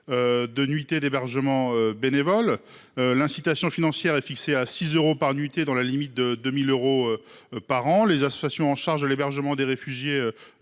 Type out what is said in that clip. de nuitées d’hébergement bénévole. L’incitation financière serait fixée à 6 euros par nuitée, dans la limite de 2 000 euros par an. Les associations en charge de l’hébergement des réfugiés